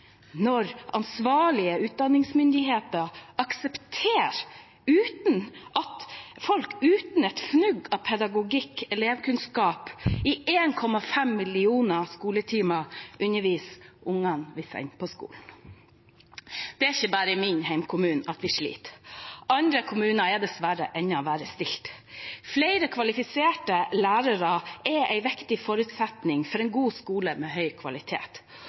når ansvarlige utdanningsmyndigheter aksepterer at folk uten et fnugg av pedagogikk og elevkunnskap i 1,5 millioner skoletimer underviser barna vi sender til skolen? Det er ikke bare i min hjemkommune man sliter. Andre kommuner er dessverre enda verre stilt. Flere kvalifiserte lærere er en viktig forutsetning for en god skole med høy kvalitet.